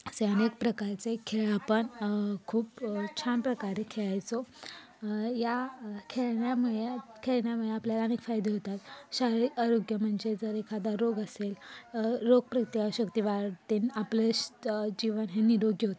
असे अनेक प्रकारचे खेळ आपण खूप छान प्रकारे खेळायचो या खेळण्यामुळे खेळण्यामुळे आपल्याला अनेक फायदे होतात शारीरिक आरोग्य म्हणजे जर एखादा रोग असेल रोगप्रतिकारशक्ती वाढते आणि आपलं श जीवन हे निरोगी होतं